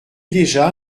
déjà